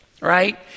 right